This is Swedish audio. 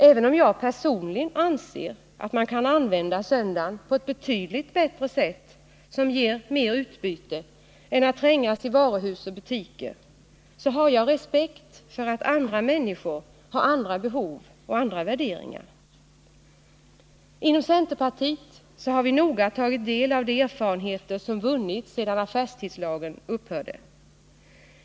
Även om jag personligen anser att man kan använda söndagen på ett betydligt bättre sätt, som ger mer utbyte än att trängas i varuhus och butiker, så har jag respekt för att andra människor har andra behov och andra värderingar. Inom centerpartiet har vi noga tagit del av de erfarenheter som vunnits sedan affärstidslagen upphörde.